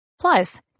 Plus